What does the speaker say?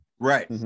right